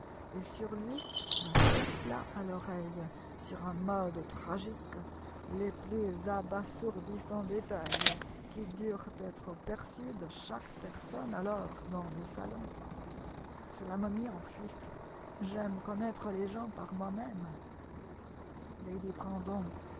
et sur lui me souffla à l'oreille sur un mode tragique les plus abasourdissants détails qui durent être perçus de chaque personne alors dans le salon gela me mit en fuite j'aime connaître les gens par moi-même lady